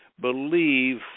believe